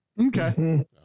Okay